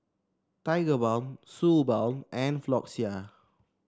Tigerbalm Suu Balm and Floxia